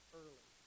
early